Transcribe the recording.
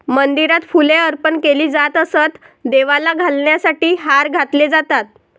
मंदिरात फुले अर्पण केली जात असत, देवाला घालण्यासाठी हार घातले जातात